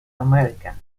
america